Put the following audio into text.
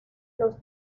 los